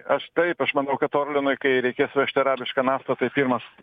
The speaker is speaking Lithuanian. aš taip aš manau kad orlenui kai reikės vežti arabišką naftą tai pirmas